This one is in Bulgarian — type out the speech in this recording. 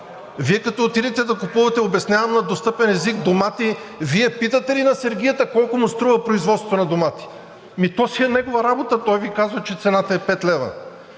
Вие, като отивате да купувате – обяснявам на достъпен език, домати, Вие питате ли на сергията колко му струва производството на домати? Ами то си е негова работа. Той Ви казва, че цената е 5 лв.